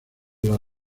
las